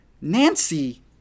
Nancy